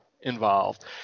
involved